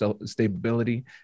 stability